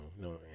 no